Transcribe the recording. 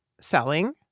Selling